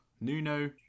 Nuno